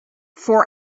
for